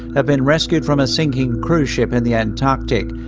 have been rescued from a sinking cruise ship in the antarctic.